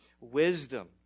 Wisdom